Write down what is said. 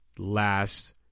Last